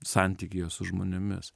santykyje su žmonėmis